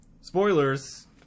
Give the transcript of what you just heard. spoilers